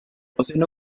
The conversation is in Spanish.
poseen